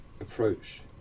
approach